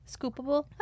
scoopable